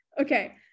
okay